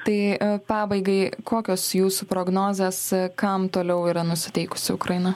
tai pabaigai kokios jūsų prognozės kam toliau yra nusiteikusi ukraina